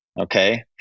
Okay